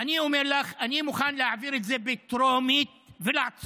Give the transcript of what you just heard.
אני אומר לך שאני מוכן להעביר את זה בטרומית ולעצור,